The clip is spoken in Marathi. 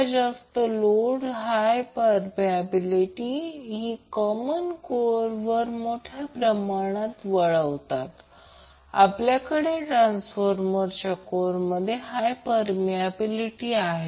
तर जेव्हा करंट त्याच्या पीकवर पोहोचतो तेव्हा याचा अर्थ हा कोन 90° आहे